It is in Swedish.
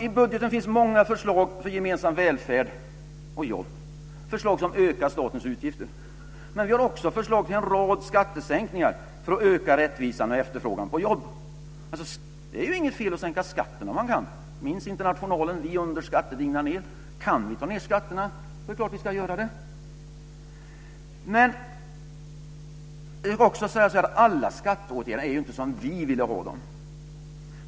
I budgeten finns många förslag för gemensam välfärd och jobb som ökar statens utgifter. Men vi har också förslag till en rad skattesänkningar för att öka rättvisan och efterfrågan på jobb. Det är inget fel att sänka skatten om man kan. Minns Internationalen: Vi under skatter dignar ned! Kan vi ta ned skatterna är det klart att vi ska göra det. Alla skatteåtgärder är inte som vi ville ha dem.